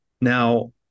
Now